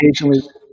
occasionally